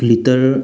liter